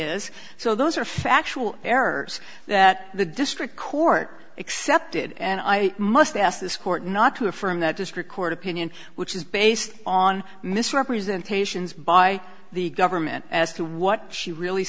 is so those are factual errors that the district court accepted and i must ask this court not to affirm that district court opinion which is based on misrepresentations by the government as to what she really